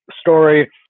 story